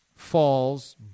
falls